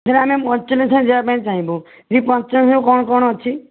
ଧର ଆମେ ପଞ୍ଚଲିଙ୍ଗେଶ୍ୱର ଯିବା ପାଇଁ ଚାହିଁବୁ ସେଠି ପଞ୍ଚଲିଙ୍ଗେଶ୍ୱରରେ କ'ଣ କ'ଣ ଅଛି